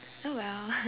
oh well